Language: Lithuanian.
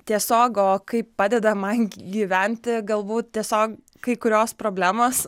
tiesiog o kaip padeda man gyventi galbūt tiesiog kai kurios problemos